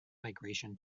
migration